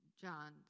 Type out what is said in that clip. John